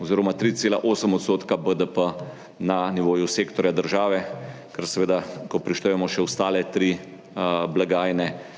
oziroma 3,8 % BDP na nivoju sektorja država, ko prištejemo še ostale tri blagajne,